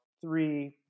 three